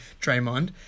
Draymond